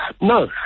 No